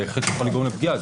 זה בהחלט יכול לגרום לפגיעה.